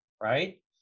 right